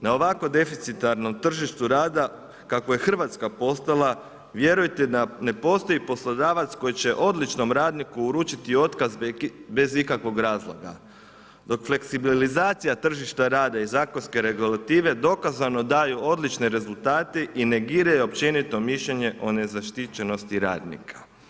Na ovako deficitarnom tržištu rada kakvo je Hrvatska postala, vjerujte da ne postoji poslodavac koji će odličnom radniku uručiti otkaz bez ikakvog razloga dok fleksibilizacija tržišta rada i zakonske regulative dokazano daju odlične rezultate i negiraju općenito mišljenje o nezaštićenosti radnika.